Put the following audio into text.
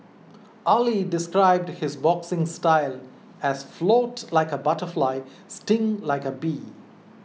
Auley described his boxing style as float like a butterfly sting like a bee